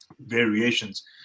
variations